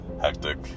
hectic